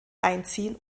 einziehen